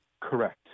Correct